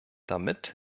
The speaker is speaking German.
damit